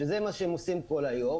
שזה מה שהם עושים כל היום.